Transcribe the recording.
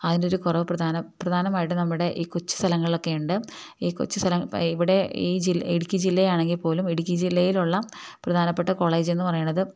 അതിന്റെയൊരു കുറവ് പ്രധാനമായിട്ട് നമ്മുടെ ഈ കൊച്ചു സ്ഥലങ്ങളിലൊക്കെയുണ്ട് ഇവിടെ ഈ ഇടുക്കി ജില്ലയാണെങ്കിൽപ്പോലും ഇടുക്കി ജില്ലയിലുള്ള പ്രധാനപ്പെട്ട കോളേജെന്ന് പറയുന്നത്